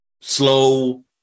slow